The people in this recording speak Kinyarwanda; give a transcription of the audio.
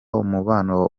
umubano